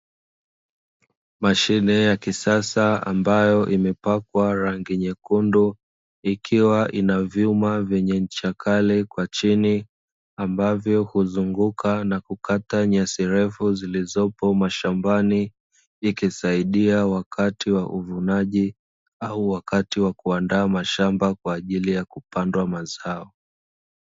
Mashine ya kisasa ambayo imepakwa rangi nyekundu, ikiwa ina vyuma vyenye ncha kali kwa chini, avyo huzunguka na kukata nyasi ndefu zilizopo mashambani, ikisaidia wakati wa uvunaji au wakati wa kuandaa mashamba, kwa ajili ya kupandwa mazao.